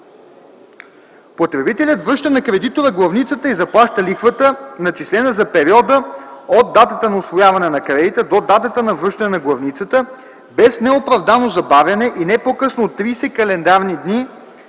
Потребителят връща на кредитора главницата и заплаща лихвата, начислена за периода от датата на усвояване на кредита до датата на връщане на главницата, без неоправдано забавяне и не по-късно от 30 календарни дни,